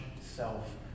self